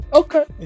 okay